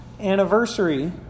anniversary